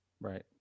Right